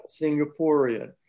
Singaporean